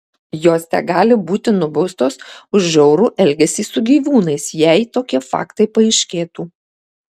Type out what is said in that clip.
jos tegali būti nubaustos už žiaurų elgesį su gyvūnais jei tokie faktai paaiškėtų